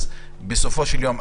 אז בסופו של יום,